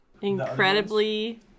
Incredibly